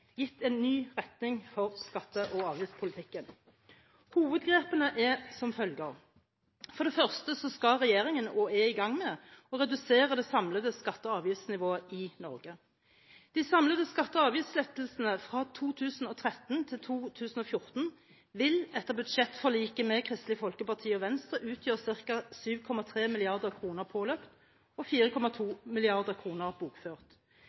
gitt en ny retning for skatte- og avgiftspolitikken. Hovedgrepene er som følger: For det første skal regjeringen – og er i gang med – å redusere det samlede skatte- og avgiftsnivået i Norge. De samlede skatte- og avgiftslettelsene fra 2013 til 2014 vil etter budsjettforliket med Kristelig Folkeparti og Venstre utgjøre ca. 7,3 mrd. kr påløpet og 4,2 mrd. kr bokført.